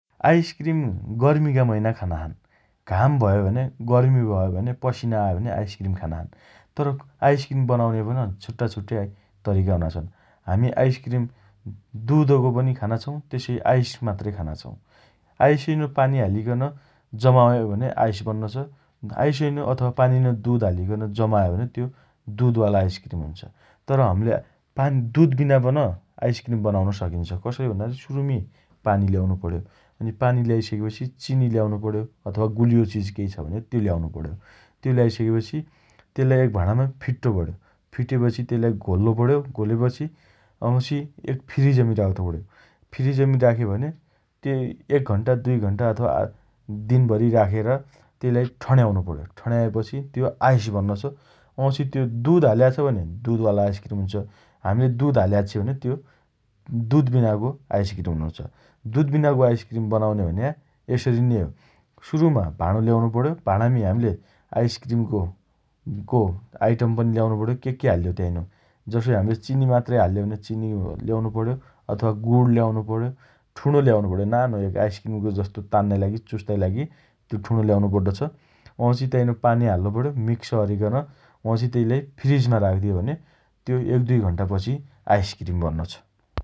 आइस्क्रिम गर्मीका मैना खाना छन् । घाम भयो भने गर्मी भयो भने पसिना आयो भने आइस्क्रिम खाना छन् । तर, आइस्क्रिम बनाउने पन छुट्टाइ छुट्टाइ तरिका हुना छन् । हामी आइस्क्रिम दुधको पनि खाना छौँ । तेसइ आइस मात्रै खाना छौँ । आइसईनो पानी हालिकन जमायो भने आइस बन्नो छ । आइसइनो अथवा पानीनो दुध हालिकन जमायो भने त्यो दुधवाला आइस्क्रिम हुन्छ । तर, हम्ले पान् दुधबिना पन आइस्क्रिम बनाउन सकिन्छ । कसरी भन्नाले सुरुमी पानी ल्याउनो पण्यो । अनि पानी ल्याइसकेपछि चिनि ल्याउनो पण्यो अथवा गुलियो चिज केइ छ भने त्यो ल्याउनु पण्यो । त्यो ल्याइसकेपछि तेल्लाइ एक भाणामा फिट्टो पण्यो । फिटेपछि तेल्लाइ घोल्लो पण्यो । घोलेपछि वाउँछि फ्रिजमी राख्दो पण्यो । फ्रिजमी राख्यो भने तेइ एक घण्टा दुइ घण्टा अथवा आध दिनभरि राखेर तेइलाई ठण्याउनो पण्यो । ठण्याएपछि आइस बन्नोछ । वाउँछि त्यो दुध हाल्या छ भने दुधवाला आइस्क्रिम हुन्छ । हाम्ले दुध हाल्या आच्छि भने त्यो दुधबिनाको आइस्क्रिम हुनो छ । दुध बिनाको आइस्क्रिम बनाउने भन्या यसरी नै हो । सुरुमा भाणो ल्याउनुपण्यो । भाणामी हम्ले आइस्क्रिमको आइटम पनि ल्याउनो पण्यो । केके हाल्ले हो ताइनो जसोइ हम्ले चिनी मात्रै हाल्ले हो भने चिनि ल्याउनो पण्यो । अथवा गुण ल्याउनो पण्यो । ठूणो ल्याउनुपण्यो । नानो एक आइस्क्रिमको जस्तो तान्नाइ लागि चुस्ताइ लागि त्यो ठूलो ल्याउनो पड्डो छ । वाउँछि ताइनो पानी हाल्लो पण्यो । मिक्स अरिकन वाउँछि तेइलाई फ्रिजमा राख्दियो भने त्यो एकदुइ घण्टापछि आइस्क्रिम बन्न छ ।